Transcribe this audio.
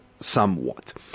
somewhat